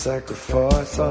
Sacrifice